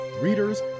readers